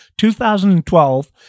2012